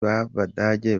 b’abadage